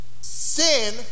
sin